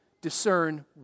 discern